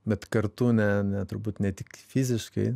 bet kartu ne ne turbūt ne tik fiziškai